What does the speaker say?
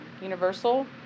universal